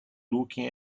looking